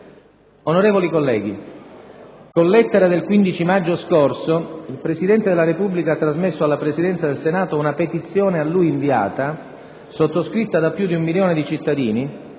Onorevoli colleghi, con lettera del 15 maggio scorso, il Presidente della Repubblica ha trasmesso alla Presidenza del Senato una petizione a lui inviata, sottoscritta da più di un milione di cittadini,